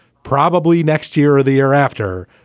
probably next year or the year after.